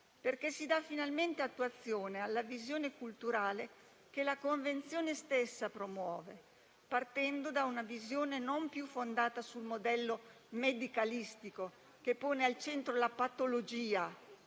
perché si dà finalmente attuazione alla visione culturale che la Convenzione stessa promuove, partendo da una visione non più fondata sul modello medicalistico, che pone al centro la patologia,